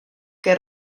que